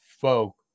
folk